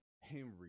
Henry